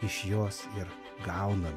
iš jos ir gaunam